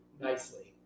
nicely